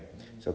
mmhmm